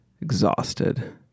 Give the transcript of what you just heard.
exhausted